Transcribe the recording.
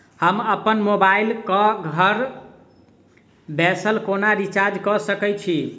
हम अप्पन मोबाइल कऽ घर बैसल कोना रिचार्ज कऽ सकय छी?